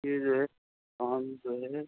یہ کام جو ہے